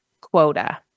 Quota